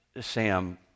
Sam